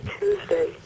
Tuesday